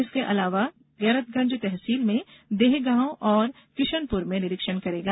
इसके अलावा गैरतगंज तहसील में देहगॉव और किशनपुर में निरीक्षण करेगा